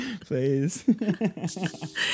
please